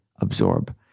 absorb